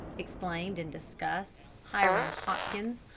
exclaimed, in disgust, hiram hopkins,